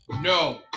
No